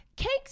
Cakes